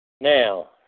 Now